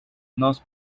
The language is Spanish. nos